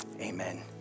Amen